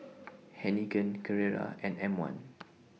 Heinekein Carrera and M one